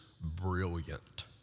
brilliant